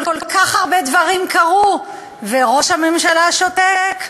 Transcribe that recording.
כל כך הרבה דברים קרו, וראש הממשלה שותק.